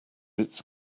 its